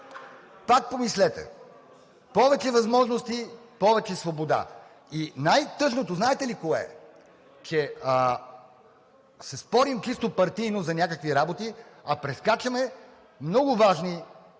Пак помислете! Повече възможности – повече свобода! И най-тъжното знаете ли кое е? Че си спорим чисто партийно за някакви работи, а прескачаме много важни дебати,